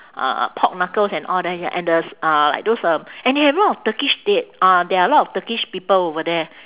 uh pork knuckles and all that ya and there's uh like those uh and have a lot of turkish t~ uh there are a lot of turkish people over there